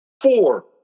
four